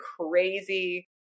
crazy